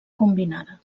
combinada